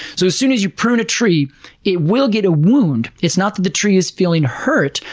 so as soon as you prune a tree it will get a wound. it's not that the tree is feeling hurt,